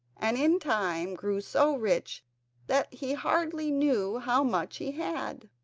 and in time grew so rich that he hardly knew how much he had.